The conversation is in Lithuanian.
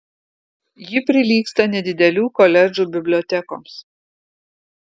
ji prilygsta nedidelių koledžų bibliotekoms